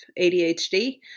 ADHD